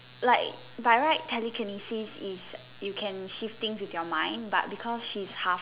like by right telekinesis is you can shift things with your mind but because she's half